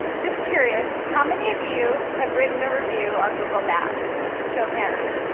just curious, how many of you have written a review on google maps? show of hands.